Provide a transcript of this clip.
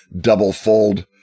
double-fold